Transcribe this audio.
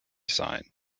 sign